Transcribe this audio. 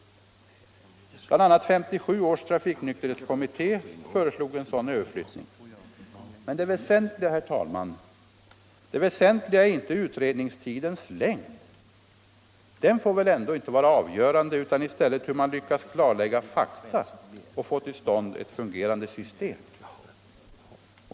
1957 års trafiknykterhetskommitté föreslog en sådan överflyttning, men det väsentliga, herr talman, är inte utredningstidens längd. Den får väl ändå inte vara avgörande utan hur man lyckas klarlägga fakta och få till stånd ett fungerande system.